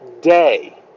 day